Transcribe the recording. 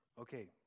Okay